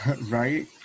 right